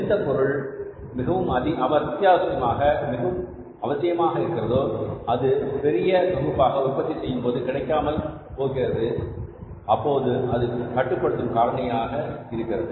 எந்த பொருள் மிகவும் அத்தியாவசியமாக மிகவும் அவசியமாக இருக்கிறதோ அது பெரிய தொகுப்பாக உற்பத்தி செய்யும் போது கிடைக்காமல் போகிறதோ அப்போது அது கட்டுப்படுத்தும் காரணியாக இருக்கிறது